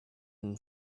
and